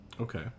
Okay